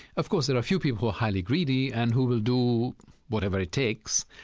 of course, there are a few people who are highly greedy and who will do whatever it takes,